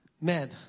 men